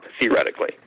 theoretically